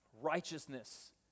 Righteousness